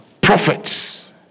prophets